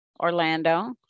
Orlando